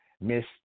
Miss